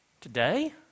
today